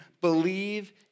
believe